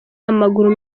amaguru